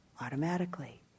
Automatically